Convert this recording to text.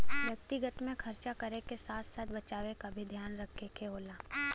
व्यक्तिगत में खरचा करे क साथ साथ बचावे क भी ध्यान रखे क होला